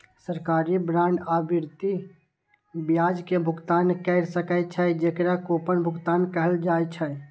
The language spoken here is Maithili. सरकारी बांड आवर्ती ब्याज के भुगतान कैर सकै छै, जेकरा कूपन भुगतान कहल जाइ छै